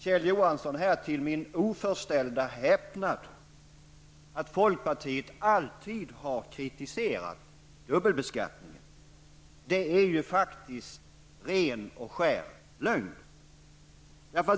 Till min oförställda häpnad sade Kjell Johansson att folkpartiet alltid har kritiserat dubbelbeskattningen. Detta är faktiskt ren och skär lögn.